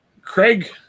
Craig